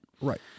Right